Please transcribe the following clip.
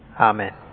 Amen